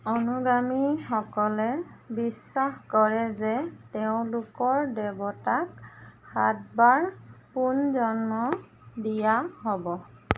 অনুগামীসকলে বিশ্বাস কৰে যে তেওঁলোকৰ দেৱতাক সাতবাৰ পুনৰ্জন্ম দিয়া হ'ব